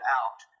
out